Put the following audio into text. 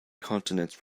continents